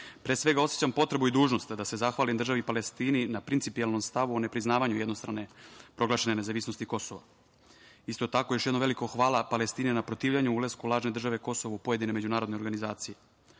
svega, osećam potrebu i dužnost da se zahvalim državi Palestini na principijelnom stavu o ne priznavanju jednostrane proglašene nezavisnosti Kosova. Isto tako, još jednom veliko hvala Palestini na protivljenju ulasku lažne države „Kosovo“ u pojedine međunarodne organizacije. Ovakvim